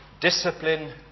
Discipline